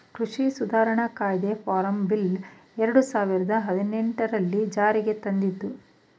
ಕೃಷಿ ಸುಧಾರಣಾ ಕಾಯ್ದೆ ಫಾರ್ಮ್ ಬಿಲ್ ಎರಡು ಸಾವಿರದ ಹದಿನೆಟನೆರಲ್ಲಿ ಜಾರಿಗೆ ತಂದಿದ್ದು